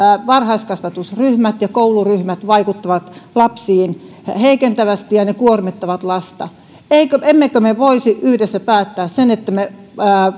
varhaiskasvatusryhmät ja kouluryhmät vaikuttavat lapsiin heikentävästi ja ne kuormittavat lasta niin emmekö me voisi yhdessä päättää sen että me